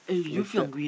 later